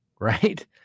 Right